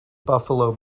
buffalo